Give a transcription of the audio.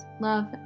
love